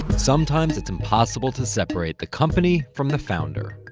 sometimes it's impossible to separate the company from the founder.